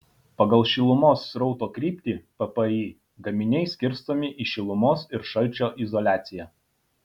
pagal šilumos srauto kryptį ppi gaminiai skirstomi į šilumos ir šalčio izoliaciją